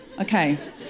okay